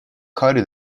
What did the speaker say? کاری